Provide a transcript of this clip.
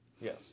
Yes